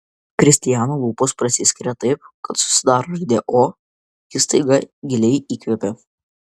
kristijano lūpos prasiskiria taip kad susidaro raidė o jis staiga giliai įkvepia